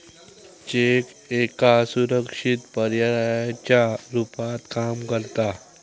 check एका सुरक्षित पर्यायाच्या रुपात काम करता